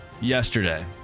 yesterday